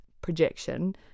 projection